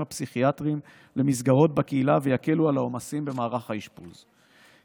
הפסיכיאטריים למסגרות בקהילה ויקלו על העומסים במערך האשפוז,